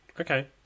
Okay